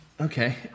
Okay